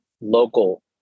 local